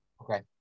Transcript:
Okay